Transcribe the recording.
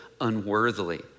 unworthily